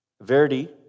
Verdi